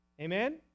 Amen